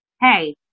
hey